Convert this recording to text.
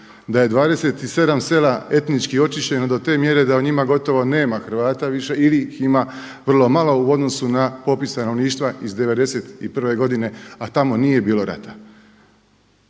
da je 27 sela etnički očišćeno do te mjere da u njima gotovo nema Hrvata više ili ih ima vrlo malo u odnosu na popis stanovništva iz '91. godine a tamo nije bilo rata?